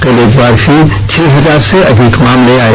कल एक बार फिर छह हजार से अधिक मामले आये